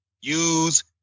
use